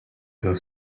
their